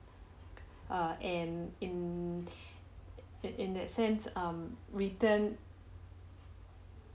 err and in in in that sense um written